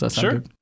Sure